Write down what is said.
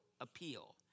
appeal